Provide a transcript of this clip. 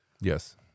Yes